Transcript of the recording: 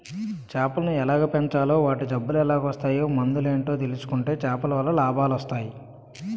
సేపలను ఎలాగ పెంచాలో వాటి జబ్బులెలాగోస్తాయో మందులేటో తెలుసుకుంటే సేపలవల్ల లాభాలొస్టయి